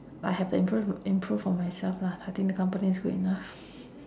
I have to improve improve on myself lah I think the company is good enough